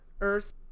earth